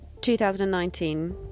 2019